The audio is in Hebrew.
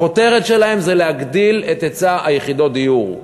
הכותרת שלהם זה להגדיל את היצע יחידות הדיור.